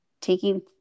taking